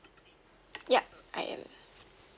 yup I am